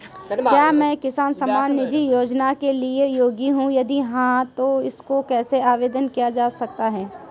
क्या मैं किसान सम्मान निधि योजना के लिए योग्य हूँ यदि हाँ तो इसको कैसे आवेदन किया जा सकता है?